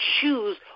choose